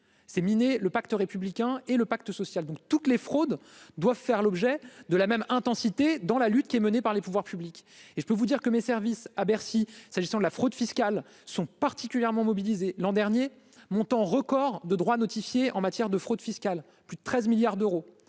c'est miné le pacte républicain et le pacte social, donc toutes les fraudes, doivent faire l'objet de la même intensité dans la lutte qui est menée par les pouvoirs publics et je peux vous dire que mes services à Bercy, s'agissant de la fraude fiscale sont particulièrement mobilisés l'an dernier, montant record de droits notifiés en matière de fraude fiscale, plus de 13 milliards d'euros